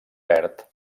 verd